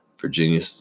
Virginia